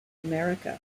america